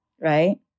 right